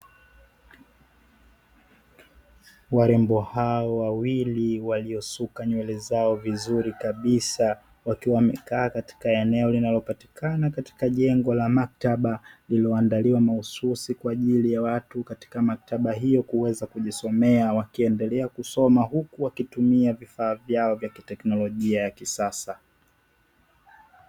Warembo hao wawili waliosuka nywele zao vizuri kabisa wakiwa wamekaa katika eneo linalopatikana katika jengo la maktaba ulioandaliwa mahususi kwa ajili ya watu katika maktaba hiyo, kuweza kujisomea wakiendelea kusoma huku wakitumia vifaa vyao vya kiteknolojia ya kisasa.